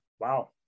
Wow